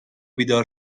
بیدار